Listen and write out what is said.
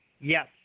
Yes